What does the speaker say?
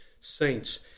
saints